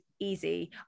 Easy